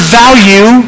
value